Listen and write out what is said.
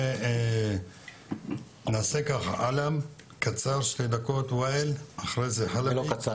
נעבור לעלם, ואיל וחלבי.